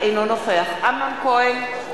אינו נוכח אמנון כהן,